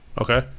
Okay